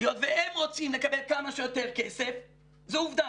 היות והם רוצים לקבל כמה שיותר כסף, זו עובדה,